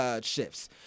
shifts